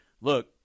look